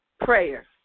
prayer